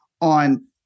on